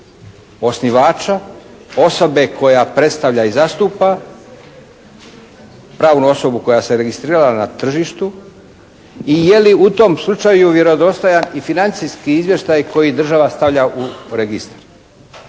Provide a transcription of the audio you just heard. osnivača, osobe koja predstavlja i zastupa pravnu osobu koja se je registrirala na tržištu i je li u tom slučaju vjerodostojan i financijski izvještaj koji država stavlja u registar?